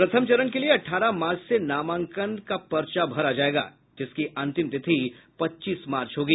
प्रथम चरण के लिए अठारह मार्च से नामांकन पर्चा भरा जाएगा जिसकी अंतिम तिथि पच्चीस मार्च होगी